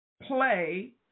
play